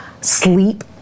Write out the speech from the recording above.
sleep